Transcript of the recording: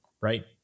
Right